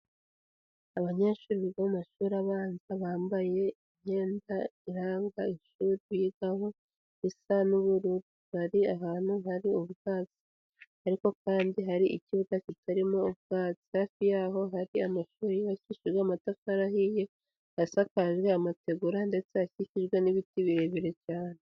Abanyeshuri biga mu mashuri abanza, bambaye imyenda iranga ishuri bigaho, isa n'ubururu. Bari ahantu hari ubwatsi. Ariko kandi hari ikibuga kitarimo ubwatsi. Hafi yaho hari amashuri yubakishijwe amatafari ahiye, asakaje amategura, ndetse akikijwe n'ibiti birebire cyane.